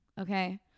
Okay